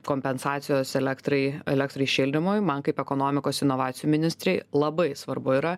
kompensacijos elektrai elektrai šildymui man kaip ekonomikos inovacijų ministrei labai svarbu yra